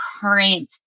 current